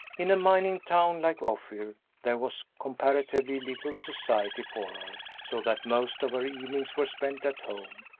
in a mining town like ophir there was comparatively little society for her, so that most of her evenings were spent at home,